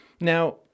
Now